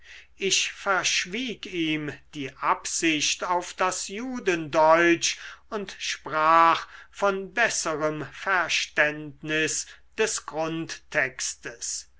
ich verschwieg ihm die absicht auf das judendeutsch und sprach von besserem verständnis des